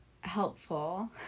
helpful